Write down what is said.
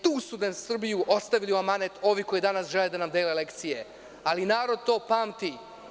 Tu su nam Srbiju ostavili u amanet ovi koji danas žele da nam dele lekcije, ali narod to pamti.